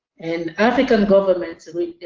and african governments,